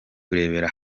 kurebera